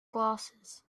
glasses